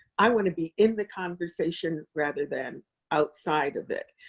i want to be in the conversation rather than outside of it.